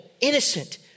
innocent